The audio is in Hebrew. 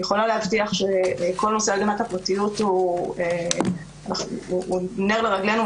יכולה להבטיח שכל נושא הגנת הפרטיות הוא נר לרגלנו,